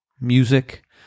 music